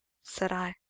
said i.